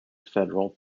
federal